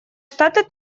штаты